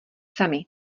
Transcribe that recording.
sami